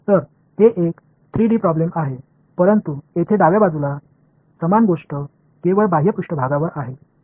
तर हे एक 3 डी प्रॉब्लेम आहे परंतु येथे डाव्या बाजूला समान गोष्ट केवळ बाह्य पृष्ठभागावर आहे